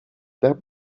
that